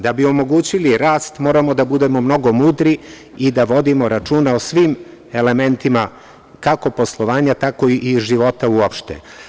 Da bi omogućili rast, moramo da budemo mnogo mudri i da vodimo računa o svim elementima kako poslovanja, tako i života uopšte.